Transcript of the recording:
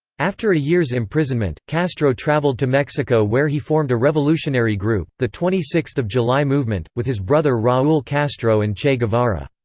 after a year's imprisonment, castro traveled to mexico where he formed a revolutionary group, the twenty sixth of july movement, with his brother raul castro and che guevara.